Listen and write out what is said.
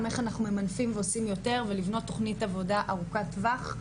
איך אנחנו ממנפים ועושים יותר ולבנות תכנית עבודה ארוכת טווח,